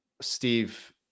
Steve